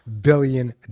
billion